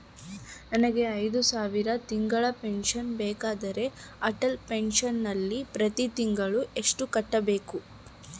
ನನಗೆ ಐದು ಸಾವಿರ ತಿಂಗಳ ಪೆನ್ಶನ್ ಬೇಕಾದರೆ ಅಟಲ್ ಪೆನ್ಶನ್ ನಲ್ಲಿ ಪ್ರತಿ ತಿಂಗಳು ಎಷ್ಟು ಕಟ್ಟಬೇಕು?